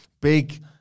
big